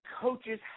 coaches